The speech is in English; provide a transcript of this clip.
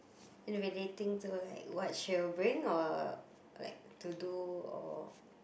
in relating to what she'll bring or like to do or